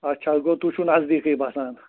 اچھا گوٚو تُہۍ چھُو نزدیٖکھٕے بَسان